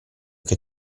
che